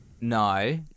No